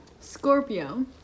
Scorpio